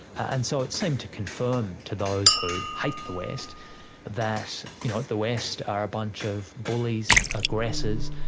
and so it seemed to confirm to those who hate the west that you know the west are a bunch of bullies, aggressors,